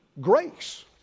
grace